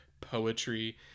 poetry